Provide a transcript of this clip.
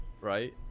right